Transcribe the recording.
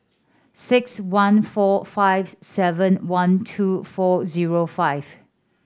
six one four five seven one two four zero five